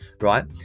right